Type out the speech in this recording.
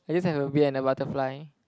I just have a bee and a butterfly